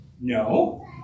No